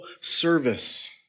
service